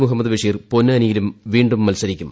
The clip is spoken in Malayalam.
മുഹമ്മദ് ബഷീർ പൊന്നാനിയിലും വീണ്ടും മത്സരിക്കും